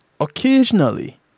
occasionally